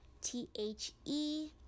T-H-E